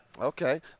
Okay